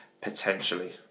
potentially